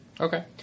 Okay